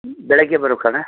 ಬೆಳಿಗ್ಗೆ ಬರ್ಬೇಕು ಅಣ್ಣ